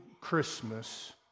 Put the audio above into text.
Christmas